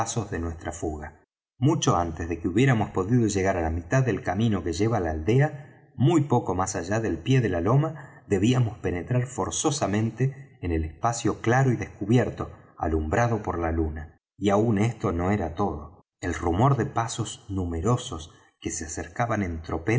de nuestra fuga mucho antes de que hubiéramos podido llegar á la mitad del camino que lleva á la aldea muy poco más allá del pie de la loma debíamos penetrar forzosamente en el espacio claro y descubierto alumbrado por la luna y aun esto no era todo el rumor de pasos numerosos que se acercaban en